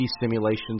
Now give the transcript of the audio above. simulations